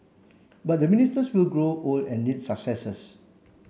but the ministers will grow old and need successors